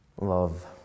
love